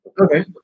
Okay